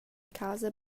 casa